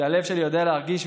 שהלב שלי יודע להרגיש,